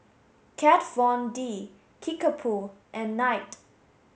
Kat Von D Kickapoo and Knight